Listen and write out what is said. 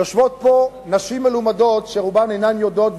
יושבות פה נשים מלומדות שרובן אינן יודעות,